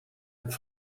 het